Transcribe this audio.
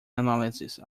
analysis